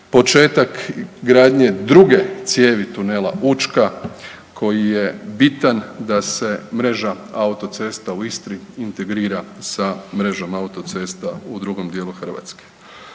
početak gradnje druge cijevi Tunela Učka koji je bitan da se mreža autocesta u Istri integrira sa mrežom autocesta u drugom dijelu Hrvatske.